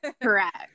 Correct